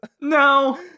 No